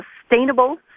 sustainable